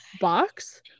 box